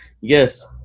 yes